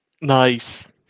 Nice